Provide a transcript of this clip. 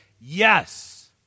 yes